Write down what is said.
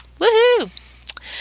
Woohoo